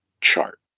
chart